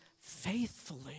faithfully